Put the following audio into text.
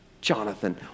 Jonathan